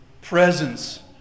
presence